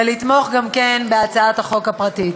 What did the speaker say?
ולתמוך גם בהצעת החוק הפרטית.